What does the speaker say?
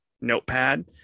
notepad